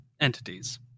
entities